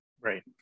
Right